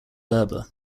berber